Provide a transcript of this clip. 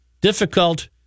Difficult